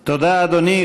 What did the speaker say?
תודה, אדוני.